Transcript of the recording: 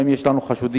האם יש לנו חשודים,